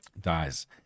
dies